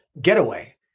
getaway